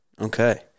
Okay